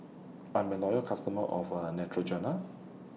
I'm A Loyal customer of A Neutrogena